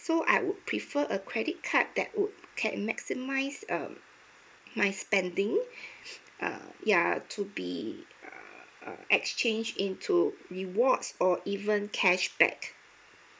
so I would prefer a credit card that could can maximise err my spending err ya to be uh uh exchange into rewards or even cashback